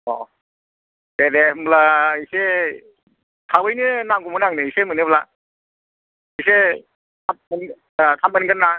औ दे दे होनब्ला एसे थाबैनो नांगौमोन आंनो एसे मोनोब्ला एसे थाब मोनगोन थाब मोनगोन ना